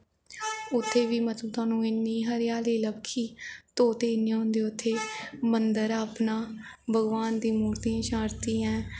उत्थै बी मतलब तोआनूं इन्नी हरियाली लब्भगी तोते इन्ने होंदे उत्थै मन्दर ऐ अपना भगवान दी मूर्तियां न